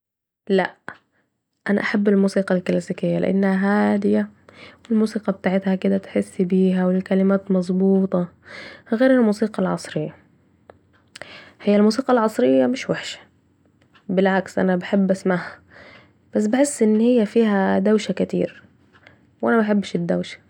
لأ احب استمع للموسيقى الكلاسيكية لانها هاديه و الموسيقى بتعتها كده تحس بيها و كلمات مظبوطه...غير الموسيقى العصريه ،هي الموسيقي العصرية مش و حشه ، و بالعكس بحب اسمعها...بس بحس أنها فيها دوشه كتير، وأنا مبحبش الدوشه